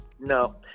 No